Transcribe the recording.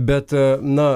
bet na